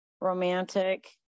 romantic